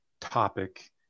topic